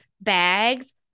bags